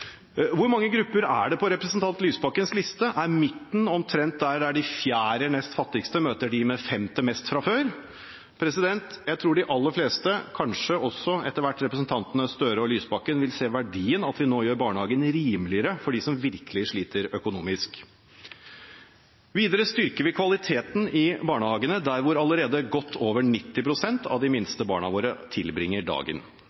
Hvor mange grupper er det på representanten Lysbakkens liste? Er midten omtrent der de fjerde nest fattigste møter dem med femte mest fra før? Jeg tror de aller fleste – kanskje også etter hvert representantene Gahr Støre og Lysbakken – vil se verdien av at vi nå gjør barnehagen rimeligere for dem som virkelig sliter økonomisk. Videre styrker vi kvaliteten i barnehagene, der hvor allerede godt over 90 pst. av de minste barna våre tilbringer dagen,